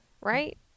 Right